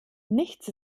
nichts